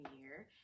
year